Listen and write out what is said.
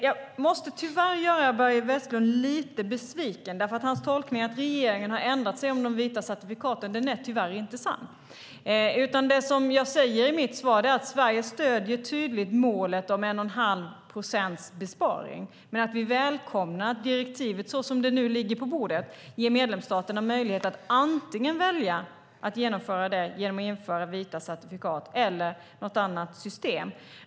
Jag måste tyvärr göra Börje Vestlund lite besviken, därför att hans tolkning att regeringen har ändrat sig om de vita certifikaten tyvärr inte är sann. Det som jag säger i mitt svar är att Sverige tydligt stöder målet om 1 1⁄2 procents besparing, men att vi välkomnar att direktivet, så som det nu ligger på bordet, ger medlemsstaterna möjlighet att antingen välja att genomföra det genom att införa vita certifikat eller genom något annat system.